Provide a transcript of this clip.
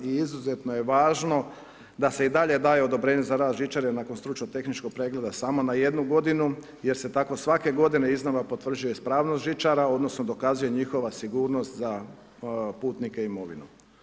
I izuzetno je važno da se i dalje daje odobrenje za rad žičare nakon stručno tehničkog pregleda samo na jednu godinu jer se tako svake godine iznova potvrđuje ispravnost žičara odnosno dokazuje njihova sigurnost za putnike i imovinu.